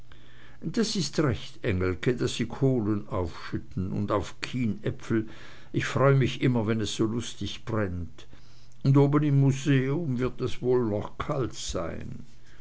das ist recht engelke daß sie kohlen aufschütten und auch kienäpfel ich freue mich immer wenn es so lustig brennt und oben im museum wird es wohl noch kalt sein